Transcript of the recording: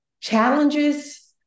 challenges